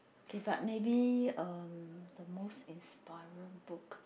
okay but maybe um the most inspiring book